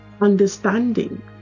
understanding